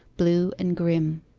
blue and grim.